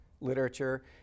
Literature